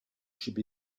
should